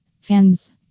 fans